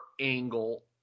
angle